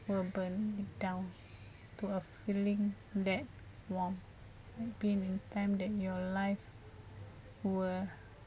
will burn down to a feeling that warm and being in time that your life were